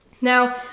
Now